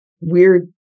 weird